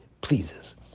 pleases